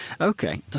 Okay